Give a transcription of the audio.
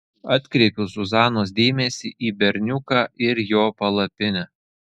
atkreipiu zuzanos dėmesį į berniuką ir jo palapinę